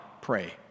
pray